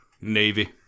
Navy